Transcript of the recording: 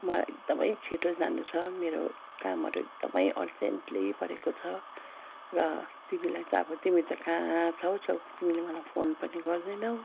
मलाई एकदमै छिटो जानु छ मेरो कामहरू एकदमै अर्जेन्टली परेको छ र तिमीलाई त अब तिमी त कहाँ छौ छौ तिमीले मलाई फोन पनि गर्दैनौ